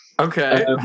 Okay